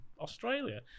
australia